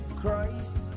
Christ